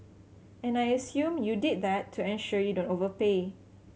and I assume you did that to ensure you don't overpay